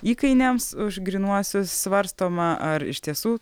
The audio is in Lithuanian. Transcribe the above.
įkainiams už grynuosius svarstoma ar iš tiesų